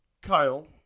Kyle